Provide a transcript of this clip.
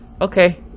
Okay